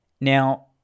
Now